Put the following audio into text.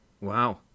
Wow